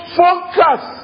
focus